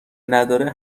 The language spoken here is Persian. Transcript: نداره